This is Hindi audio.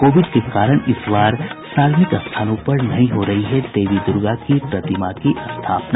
कोविड के कारण इस बार सार्वजनिक स्थानों पर नहीं हो रही है देवी दुर्गा की प्रतिमा की स्थापना